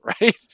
Right